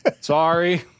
Sorry